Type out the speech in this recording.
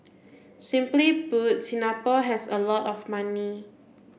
simply put Singapore has a lot of money